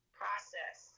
process